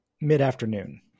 mid-afternoon